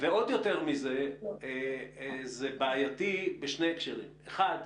ויותר מזה, זה בעייתי בשני הקשרים: אחד,